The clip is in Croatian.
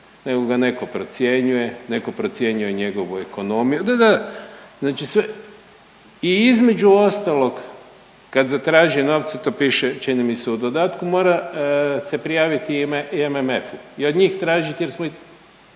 nego ga neko procjenjuje, neko procjenjuje njegovu ekonomiju, da, da, znači sve i između ostalog kad zatraži novce, to piše čini mi se u dodatku, mora se prijaviti i MMF-u i od njih tražiti jer smo,